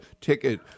ticket